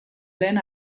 lehen